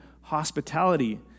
hospitality